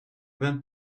went